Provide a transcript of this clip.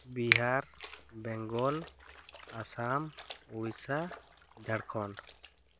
Bihar Bengal Assam Odisha Jharkhand